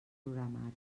programari